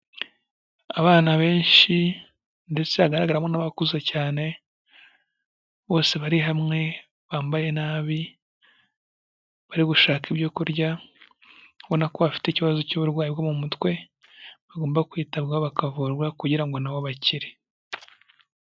Abana benshi ndetse hagaragaramo n'abakuze cyane, bambaye nabi, bari gushaka icyo kurya, ubona ko bafite uburwayi bwo mu mutwe, bagomba kwitabwaho bakavurwa kugira ngo nabo bakire.